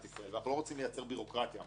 אנחנו לא רוצים לייצר בירוקרטיה המטרה היא